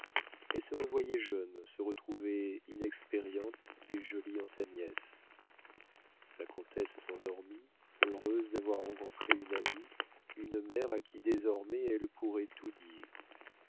elle se revoyait jeune se retrouvait inexpériente et jolie en sa nièce la comtesse s'endormit heureuse d'avoir rencontré une amie une mère à qui désormais elle pourrait tout dire